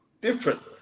different